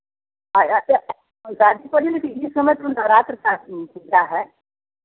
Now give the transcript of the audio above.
हाँ शादी पड़ी इस समय तो नवरात्र पूजा है